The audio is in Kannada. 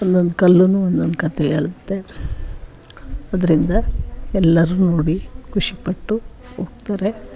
ಒಂದೊಂದು ಕಲ್ಲು ಒಂದೊಂದು ಕಥೆ ಹೇಳುತ್ತೆ ಅದರಿಂದ ಎಲ್ಲರೂ ನೋಡಿ ಖುಷಿಪಟ್ಟು ಹೋಗ್ತಾರೆ